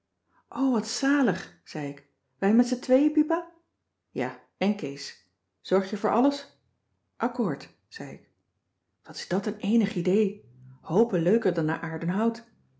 wat zalig zei ik wij met z'n tweeën pipa ja en kees zorg je voor alles accoord zei ik wat is dat een eenig idee hoopen leuker dan naar aerdenhout